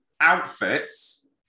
outfits